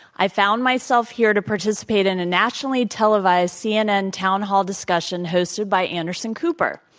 i found myself here to participate in a nationally televised cnn town hall discussion hosted by anderson cooper.